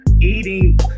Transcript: eating